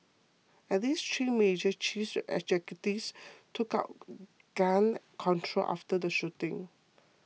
at least three major chief executives took gun control after the shooting